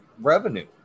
revenue